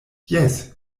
jes